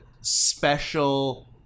special